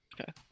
Okay